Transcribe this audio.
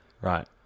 Right